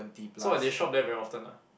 so what they shop there very often ah